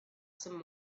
some